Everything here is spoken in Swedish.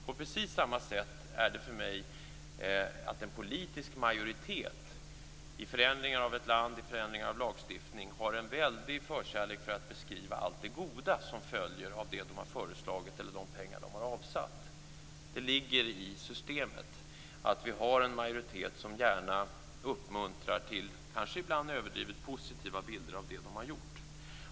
På precis samma sätt är det för mig så att en politisk majoritet i förändringen av ett land eller av lagstiftningen, har en väldig förkärlek för att beskriva allt det goda som följer av det man har föreslagit eller de pengar man har avsatt. Det ligger i systemet att vi har en majoritet som ibland kanske uppmuntras till överdrivet positiva bilder av det de har gjort.